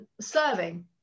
serving